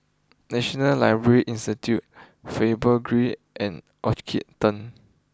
National library Institute Faber Green and Orchard Turn